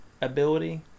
ability